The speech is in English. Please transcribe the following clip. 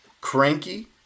cranky